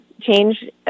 change